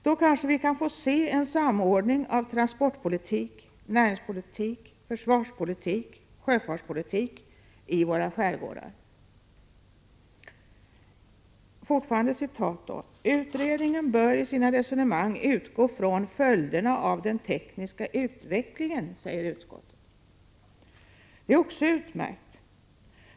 Då kanske vi kan få se en samordning av transportpolitik, näringspolitik, försvarspolitik och sjöfartspolitik i våra skärgårdar. ”Utredningen bör i sina resonemang utgå från följderna av den tekniska utvecklingen”, säger utskottet vidare. Det är också utmärkt.